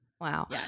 Wow